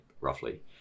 roughly